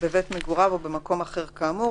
בבית מגוריו או במקום אחר כאמור,